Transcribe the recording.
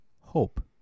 Hope